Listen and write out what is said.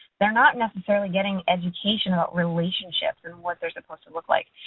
they're not necessarily getting educational relationships and what they're supposed to look like.